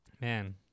Man